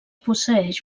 posseeix